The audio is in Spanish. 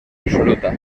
absoluta